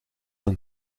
een